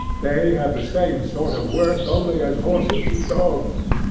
they have the same sort of worth only as horses and dogs.